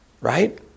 right